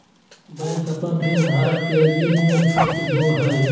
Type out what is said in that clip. bank अपन ऋणधारक के ऋण में छुट दो हइ